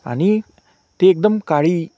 आणि ती एकदम काळी